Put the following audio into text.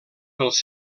pels